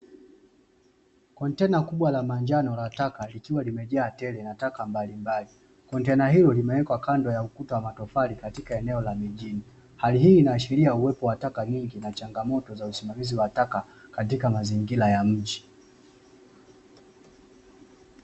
Kontena kubwa la manjano la taka, likiwa limejaa tele na taka mbalimbali, kontena hilo, limewekwa kando ya ukuta wa matofali katika eneo la mjini .Hali hii inaashiria uwepo wa taka nyingi changamoto za usimamizi wa taka katika mazingira ya mji.